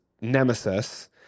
Nemesis